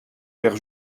père